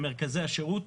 למרכזי השירות.